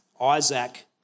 Isaac